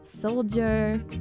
soldier